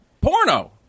porno